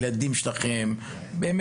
אולי גם הילדים שלכם בניהם,